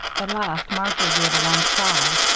at last, marjory gave a long sigh.